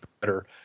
better